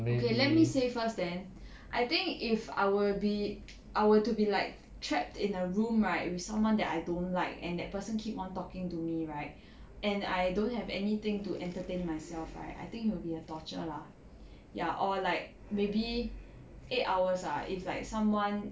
okay let me say first then I think if I were be I were to be like trapped in a room right with someone that I don't like and that person keep on talking to me right and I don't have anything to entertain myself I I think it'll be a torture lah ya or like maybe eight hours ah if like someone